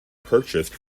purchased